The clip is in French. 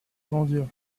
grandir